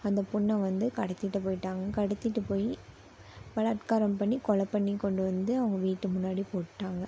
அந்த பொண்ணை வந்து கடத்திகிட்டு போய்விட்டாங்க கடத்திகிட்டு போய் பலாத்காரம் பண்ணி கொலை பண்ணி கொண்டு வந்து அவங்க வீட்டு முன்னாடி போட்டுவிட்டாங்க